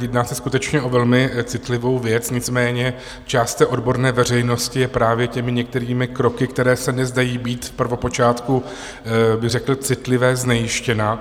Jedná se skutečně o velmi citlivou věc, nicméně část odborné veřejnosti je právě některými kroky, které se nezdají být v prvopočátku bych řekl citlivé, znejistěna.